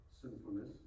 sinfulness